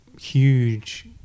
huge